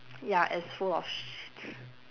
ya it's full of shit